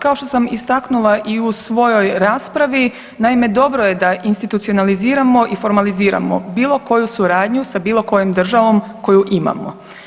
Kao što sam istaknula i u svojoj raspravi naime dobro je da institucionaliziramo i formaliziramo bilo koju suradnju sa bilo kojom državom koju imamo.